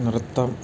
നൃത്തം